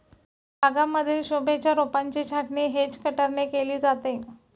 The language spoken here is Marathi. बागांमधील शोभेच्या रोपांची छाटणी हेज कटरने केली जाते